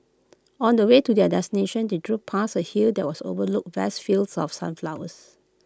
on the way to their destination they drove past A hill that was overlooked vast fields of sunflowers